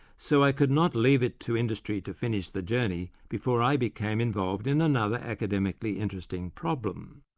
so i could not leave it to industry to finish the journey, before i became involved in another academically interesting problem.